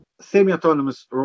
semi-autonomous